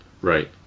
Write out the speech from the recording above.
Right